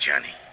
Johnny